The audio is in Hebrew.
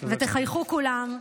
ותחייכו כולם,